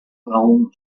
raum